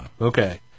Okay